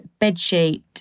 bedsheet